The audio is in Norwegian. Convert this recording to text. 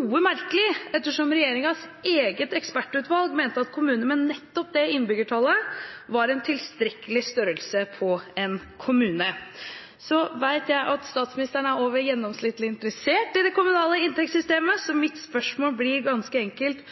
noe merkelig ettersom regjeringens eget ekspertutvalg mente at kommuner med nettopp det innbyggertallet var en tilstrekkelig størrelse på en kommune. Så vet jeg at statsministeren er over gjennomsnittlig interessert i det kommunale inntektssystemet, så mitt spørsmål blir ganske enkelt: